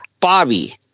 Bobby